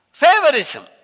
Favorism